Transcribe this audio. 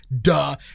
duh